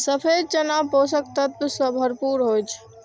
सफेद चना पोषक तत्व सं भरपूर होइ छै